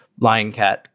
Lioncat